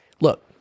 Look